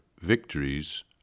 Victories